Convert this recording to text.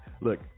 look